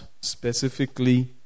specifically